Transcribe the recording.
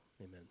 Amen